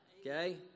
Okay